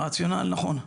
הרציונל נכון.